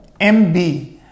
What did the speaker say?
MB